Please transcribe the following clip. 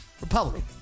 Republic